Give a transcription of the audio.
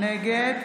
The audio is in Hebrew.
נגד